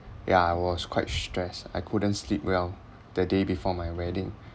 yeah I was quite stressed I couldn't sleep well the day before my wedding